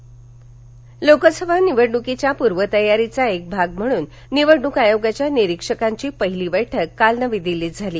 निरीक्षकांची बैठक लोकसभा निवडणुकीच्या पूर्वतयारीचा एक भाग म्हणून निवडणुक आयोगाच्या निरीक्षकांची पहिली बैठक काल नवी दिल्लीत झाली